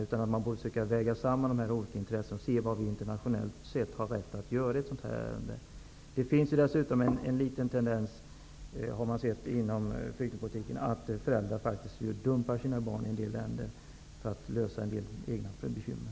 Vi måste försöka väga samman dessa olika intressen och se vad vi har rätt att göra internationellt sett i ett sådant ärende. Inom flyktingpolitiken har man sett att det faktiskt finns en liten tendens till att föräldrar dumpar sina barn i en del länder för att lösa sina egna bekymmer.